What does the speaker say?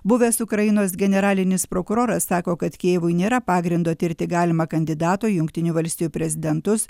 buvęs ukrainos generalinis prokuroras sako kad kijevui nėra pagrindo tirti galimą kandidato į jungtinių valstijų prezidentus